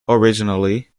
originally